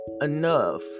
enough